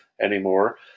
anymore